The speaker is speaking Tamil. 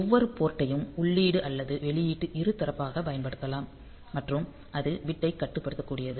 ஒவ்வொரு போர்ட்டையும் உள்ளீடு அல்லது வெளியீட்டு இருதரப்பாகப் பயன்படுத்தலாம் மற்றும் அது பிட் டைக் கட்டுப்படுத்தக்கூடியது